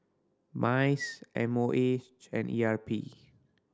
MICE M O H and E R P